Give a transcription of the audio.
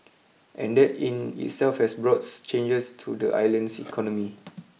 and that in itself has brought changes to the island's economy